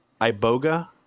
iboga